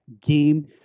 game